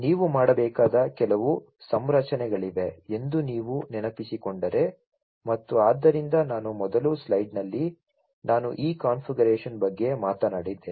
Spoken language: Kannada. ಮತ್ತು ನೀವು ಮಾಡಬೇಕಾದ ಕೆಲವು ಸಂರಚನೆಗಳಿವೆ ಎಂದು ನೀವು ನೆನಪಿಸಿಕೊಂಡರೆ ಮತ್ತು ಆದ್ದರಿಂದ ನಾನು ಮೊದಲು ಸ್ಲೈಡ್ನಲ್ಲಿ ನಾನು ಈ ಕಾನ್ಫಿಗರೇಶನ್ ಬಗ್ಗೆ ಮಾತನಾಡಿದ್ದೇನೆ